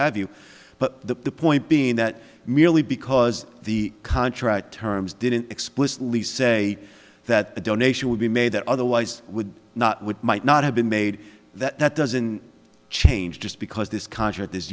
have you but the point being that merely because the contract terms didn't explicitly say that a donation would be made that otherwise would not would might not have been made that doesn't change just because this contract